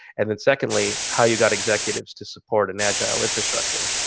and then secondly, how you got executives to support an agile infrastructure.